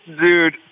dude